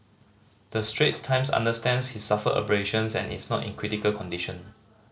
the Straits Times understands he suffered abrasions and is not in critical condition